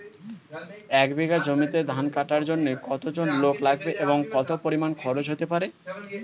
এক বিঘা জমিতে ধান কাটার জন্য কতজন লোক লাগবে এবং কত পরিমান খরচ হতে পারে?